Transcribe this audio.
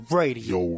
radio